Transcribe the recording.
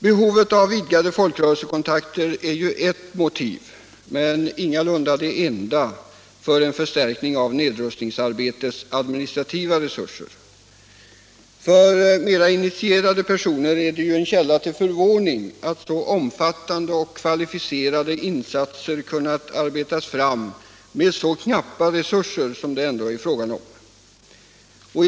Behovet av vidgade folkrörelsekontakter är ett motiv, men ingalunda det enda, för en förstärkning av nedrustningsarbetets administrativa resurser. För initierade personer är det en källa till förvåning att så omfattande och kvalificerade insatser kunnat arbetas fram med så knappa resurser som det ändå är fråga om.